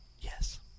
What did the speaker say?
Yes